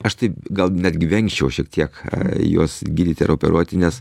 aš tai gal netgi vengčiau šiek tiek juos gydyti ar operuoti nes